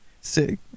Sick